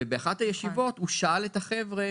ובאחת הישיבות הוא שאל את החבר'ה